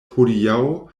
hodiaŭ